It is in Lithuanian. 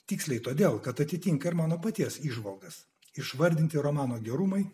tiksliai todėl kad atitinka ir mano paties įžvalgas išvardinti romano gerumai